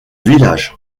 village